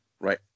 right